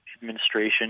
administration